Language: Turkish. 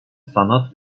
sanat